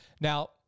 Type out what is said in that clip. Now